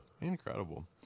incredible